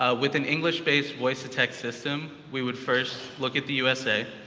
ah with an english-based voice-to-text system, we would first look at the usa,